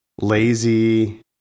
lazy